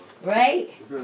Right